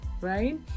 right